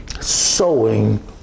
Sowing